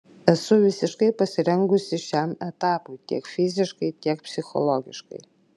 esu visiškai pasirengusi šiam etapui tiek fiziškai tiek psichologiškai